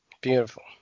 Beautiful